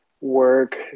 work